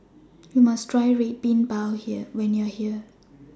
YOU must Try Red Bean Bao when YOU Are here